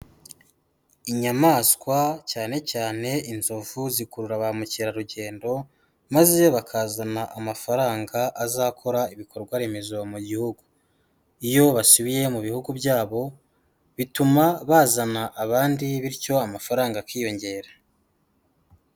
Inyamaswa cyane cyane inzovu zikurura ba mukerarugendo maze bakazana amafaranga azakora ibikorwaremezo mu gihugu, iyo basubiye mu bihugu byabo bituma bazana abandi bityo amafaranga akiyongera.